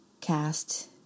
cast